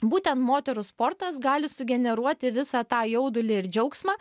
būtent moterų sportas gali sugeneruoti visą tą jaudulį ir džiaugsmą